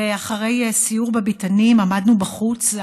ואחרי סיור בביתנים עמדנו בחוץ.